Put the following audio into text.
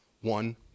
one